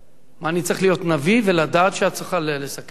אני צריך להיות נביא ולדעת שאת צריכה לסכם את הדיון?